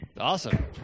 Awesome